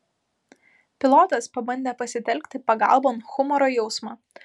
pilotas pabandė pasitelkti pagalbon humoro jausmą